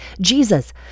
Jesus